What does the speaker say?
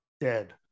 dead